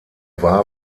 war